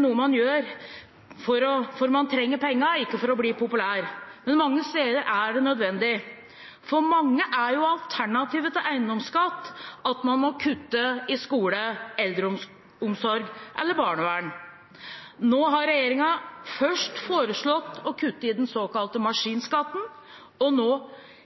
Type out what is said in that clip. noe man gjør fordi man trenger pengene, ikke for å bli populær, men mange steder er det nødvendig. For mange er alternativet til eiendomsskatt at man må kutte i skole, eldreomsorg eller barnevern. Nå har regjeringen først foreslått å kutte i den såkalte maskinskatten og nå